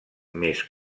més